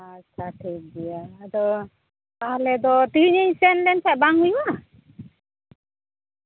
ᱟᱪᱪᱷᱟ ᱴᱷᱤᱠ ᱜᱮᱭᱟ ᱟᱫᱚ ᱛᱟᱦᱚᱞᱮ ᱫᱚ ᱛᱮᱦᱮᱧ ᱤᱧ ᱥᱮᱱ ᱞᱮᱱᱠᱷᱟᱡ ᱵᱟᱝ ᱦᱩᱭᱩᱜᱼᱟ